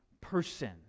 person